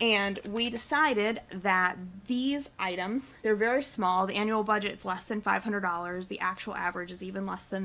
and we decided that these items are very small the annual budget is less than five hundred dollars the actual average is even less than